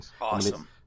awesome